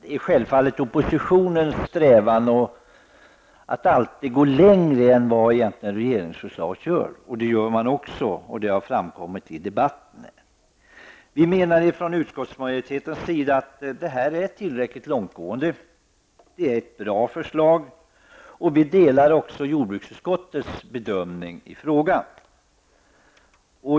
Det är självfallet oppositionens strävan att alltid gå längre än regeringsförslaget. Det gör man också, och det har framkommit i debatten. Utskottsmajoriteten menar att detta förslag är tillräckligt långtgående. Det är ett bra förslag. Vi delar också jordbruksutskottets bedömning i frågan.